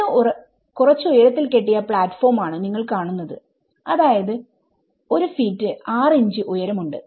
വീണ്ടും കുറച്ചു ഉയരത്തിൽ കെട്ടിയ പ്ലാറ്റ്ഫോം ആണ് നിങ്ങൾ കാണുന്നത് അതായത് 1 ഫീറ്റ് 6 ഇഞ്ച് ഉയരം ഉണ്ട്